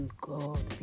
God